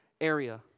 area